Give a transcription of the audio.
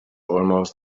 almost